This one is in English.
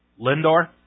Lindor